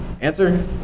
Answer